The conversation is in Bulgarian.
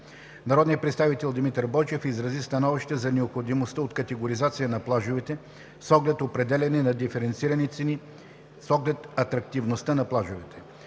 Народният представител Димитър Бойчев изрази становище за необходимостта от категоризация на плажовете с оглед определяне на диференцирани цени с оглед атрактивността на плажовете.